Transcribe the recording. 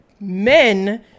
men